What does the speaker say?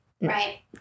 Right